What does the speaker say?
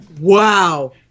Wow